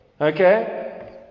okay